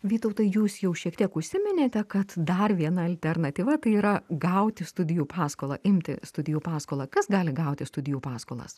vytautai jūs jau šiek tiek užsiminėte kad dar viena alternatyva tai yra gauti studijų paskolą imti studijų paskolą kas gali gauti studijų paskolas